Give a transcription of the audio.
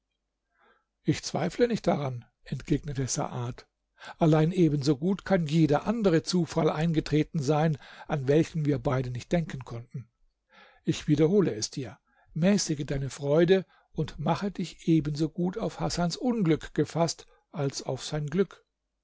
ich zweifle nicht daran entgegnete saad allein ebenso gut kann jeder andere zufall eingetreten sein an welchen wir beide nicht denken konnten ich wiederhole es dir mäßige deine freude und mache dich ebenso gut auf hasans unglück gefaßt als auf sein glück